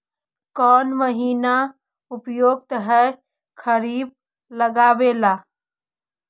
कौन महीना उपयुकत है खरिफ लगावे ला?